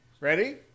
Ready